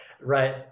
Right